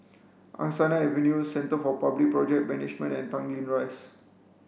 Angsana Avenue Centre for Public Project Management and Tanglin Rise